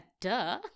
duh